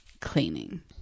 cleaning